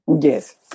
Yes